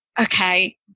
okay